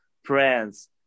friends